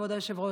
כבוד היושב-ראש.